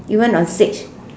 even on stage